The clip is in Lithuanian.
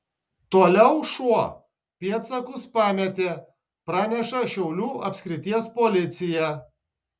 toliau šuo pėdsakus pametė praneša šiaulių apskrities policija